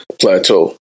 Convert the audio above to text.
Plateau